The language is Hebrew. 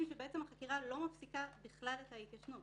שהחקירה לא מפסיקה בכלל את ההתיישנות.